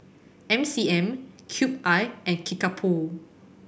M C M Cube I and Kickapoo